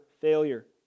failure